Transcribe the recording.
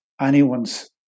anyone's